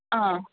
ആ